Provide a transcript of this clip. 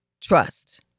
trust